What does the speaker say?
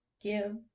Give